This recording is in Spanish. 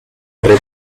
red